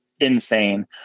insane